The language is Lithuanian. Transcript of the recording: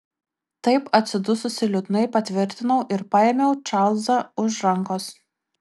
taip atsidususi liūdnai patvirtinau ir paėmiau čarlzą už rankos